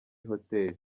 hotel